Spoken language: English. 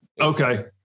okay